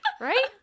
right